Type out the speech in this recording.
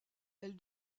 elle